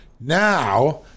Now